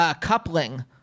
Coupling